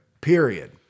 period